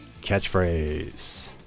catchphrase